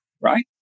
right